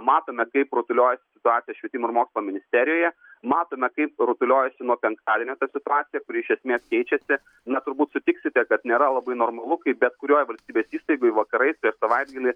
matome kaip rutuliojasi situacija švietimo ir mokslo ministerijoje matome kaip rutuliojasi nuo penktadienio ta situacija kuri iš esmės keičiasi na turbūt sutiksite kad nėra labai normalu kai bet kurioje valstybės įstaigoje vakarais prieš savaitgalį